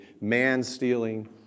man-stealing